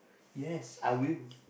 yes I will